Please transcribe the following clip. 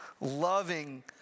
loving